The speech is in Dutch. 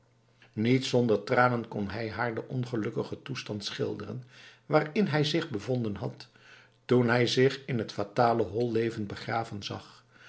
niet zonder tranen kon hij haar den ongelukkigen toestand schilderen waarin hij zich bevonden had toen hij zich in het fatale hol levend begraven zag